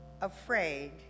afraid